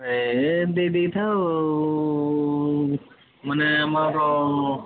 ଏ ଦେଇଦେଇଥାଅ ମାନେ ଆମର